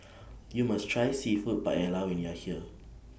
YOU must Try Seafood Paella when YOU Are here